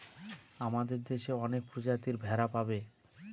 আমাদের দেশে অনেক প্রজাতির ভেড়া পাবে